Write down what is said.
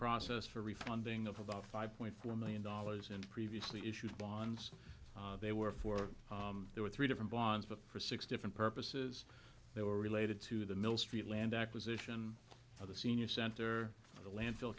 process for refunding of about five point four million dollars and previously issued bonds they were four there were three different bonds but for six different purposes they were related to the mill street land acquisition for the senior center for the landfill